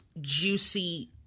juicy